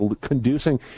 conducing